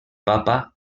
papa